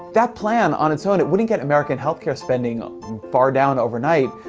that plan, on its own, it wouldn't get american health care spending far down overnight.